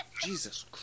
Jesus